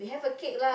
you have a cake lah